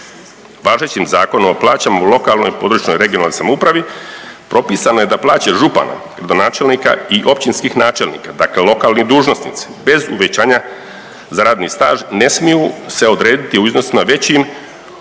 važećim Zakonom o plaćama u lokalnoj i područnoj (regionalnoj) samoupravi, propisano je da plaće župana, gradonačelnika i općinskih načelnika, dakle lokalni dužnosnici, bez uvećanja za radni staž ne smiju se odrediti u iznosima većim od